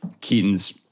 Keaton's